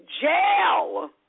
jail